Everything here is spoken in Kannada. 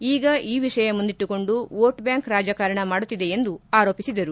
ಈಗ ಈ ವಿಷಯ ಮುಂದಿಟ್ಟುಕೊಂಡು ಓಟ್ ಬ್ಹಾಂಕ್ ರಾಜಕಾರಣ ಮಾಡುತ್ತಿದೆ ಎಂದು ಆರೋಪಿಸಿದರು